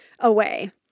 away